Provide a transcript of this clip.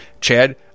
Chad